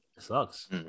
sucks